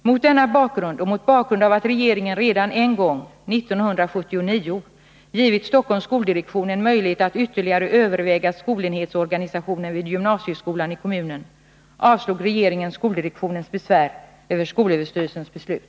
Mot denna bakgrund och mot bakgrund av att regeringen redan en gång, 1979, givit Stockholms skoldirektion en möjlighet att ytterligare överväga skolenhetsorganisationen vid gymnasieskolan i kommunen, avslog regeringen skoldirektionens besvär över skolöverstyrelsens beslut.